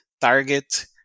Target